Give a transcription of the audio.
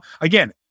again